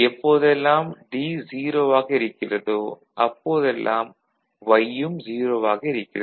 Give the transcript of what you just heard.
எப்போதெல்லாம் D 0 ஆக இருக்கிறதோ அப்போதெல்லாம் Y ம் 0 ஆக இருக்கிறது